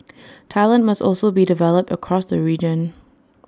talent must also be developed across the region